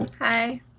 Hi